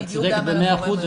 את צודקת במאה אחוז.